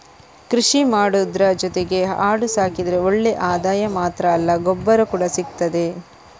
ಕೃಷಿ ಮಾಡುದ್ರ ಜೊತೆಗೆ ಆಡು ಸಾಕಿದ್ರೆ ಒಳ್ಳೆ ಆದಾಯ ಮಾತ್ರ ಅಲ್ಲ ಗೊಬ್ಬರ ಕೂಡಾ ಸಿಗ್ತದೆ